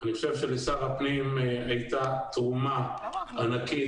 אני חושב שלשר הפנים הייתה תרומה ענקית.